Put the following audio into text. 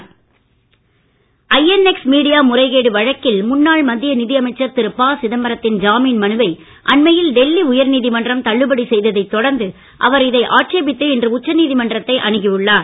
ப Chidambaram INX media முறைகேடு வழக்கில் முன்னாள் மத்திய நிதியமைச்சர் திரு ப சிதம்பரத்தின் ஜாமின் மனுவை அண்மையில் டெல்லி உயர்நீதிமன்றம் தள்ளுபடி செய்ததைத் தொடர்ந்து அவர் இதை ஆட்சேபித்து இன்று உச்சநீதிமன்றத்தை அனுகி உள்ளார்